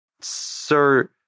Sir